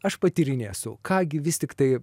aš patyrinėsiu ką gi vis tiktai